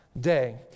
day